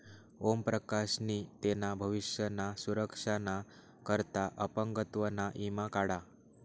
ओम प्रकाश नी तेना भविष्य ना सुरक्षा ना करता अपंगत्व ना ईमा काढा